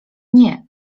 nie